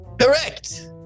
Correct